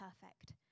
perfect